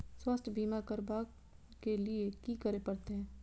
स्वास्थ्य बीमा करबाब के लीये की करै परतै?